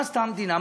מה עשתה המדינה?